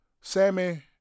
Sammy